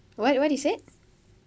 what what you said